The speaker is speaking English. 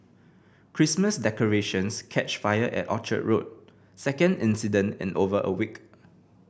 Christmas decorations catch fire at Orchard Road second incident in over a week